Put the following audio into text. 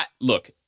Look